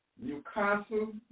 Newcastle